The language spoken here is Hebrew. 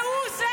והוא זה,